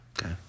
Okay